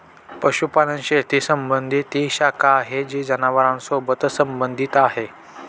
पशुपालन शेती संबंधी ती शाखा आहे जी जनावरांसोबत संबंधित आहे